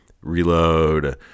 Reload